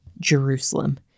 Jerusalem